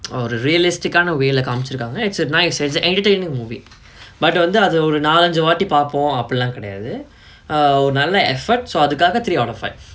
ஒரு:oru realistic ஆன வேல காமிச்சிருக்காங்க:aanaa vela kaamichirukkaanga it's a nice as an entertaining movie but வந்து அது ஒரு நாலஞ்சு வாட்டி பாப்போ அப்புடிலா கெடயாது:vanthu athu oru naalanju vaati paapo appudila kedayaathu err ஒரு நல்ல:oru nalla efforts so அதுக்காக:athukaaga three out of five